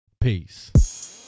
Peace